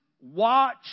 watch